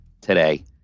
today